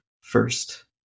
first